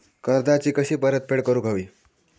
कर्जाची कशी परतफेड करूक हवी?